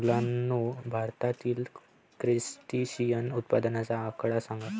मुलांनो, भारतातील क्रस्टेशियन उत्पादनाचा आकडा सांगा?